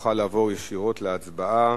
נוכל לעבור ישירות להצבעה.